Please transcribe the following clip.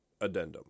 Addendum